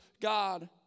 God